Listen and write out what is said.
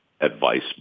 advice